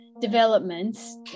developments